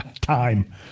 Time